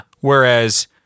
Whereas